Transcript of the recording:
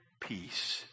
peace